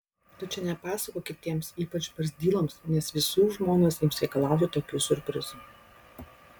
tu čia nepasakok kitiems ypač barzdyloms nes visų žmonos ims reikalauti tokių siurprizų